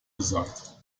gesagt